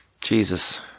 Jesus